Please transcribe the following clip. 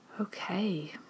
okay